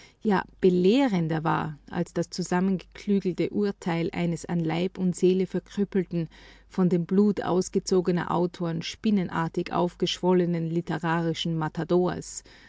ja belehrender war als das zusammengeklügelte urteil eines an leib und seele verkrüppelten von dem blut ausgezogener autoren spinnenartig aufgeschwollenen literarischen matadors